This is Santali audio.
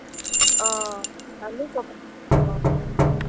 ᱚ ᱟᱹᱞᱩ ᱠᱚ ᱯᱚᱴᱚᱞ ᱠᱚ